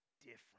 different